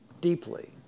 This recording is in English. deeply